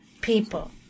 people